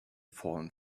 fallen